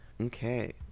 Okay